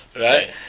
Right